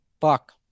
Fuck